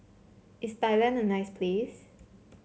is Thailand a nice place